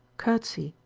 courtesy,